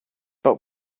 but